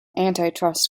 antitrust